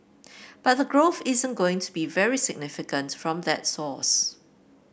but the growth isn't going to be very significant from that source